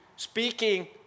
Speaking